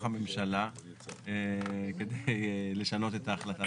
הממשלה כדי לשנות את ההחלטה של הוועדה.